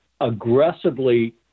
aggressively